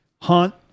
Hunt